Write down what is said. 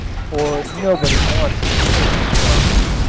for nobody wants it any stronger.